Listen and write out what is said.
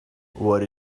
what